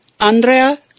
Andrea